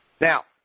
Now